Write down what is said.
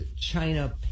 China